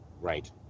Right